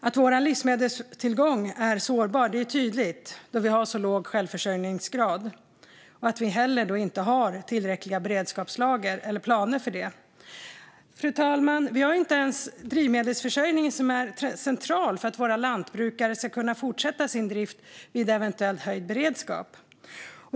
Att vår livsmedelstillgång är sårbar är tydligt då vi har en låg självförsörjningsgrad och vi inte heller har tillräckliga beredskapslager eller planer för det. Fru talman! Vi har inte ens en drivmedelsförsörjning, vilket är centralt för att våra lantbrukare ska kunna fortsätta sin drift vid en eventuellt höjd beredskap.